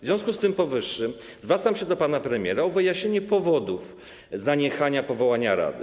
W związku z powyższym zwracam się do pana premiera o wyjaśnienie powodów zaniechania powołania rady.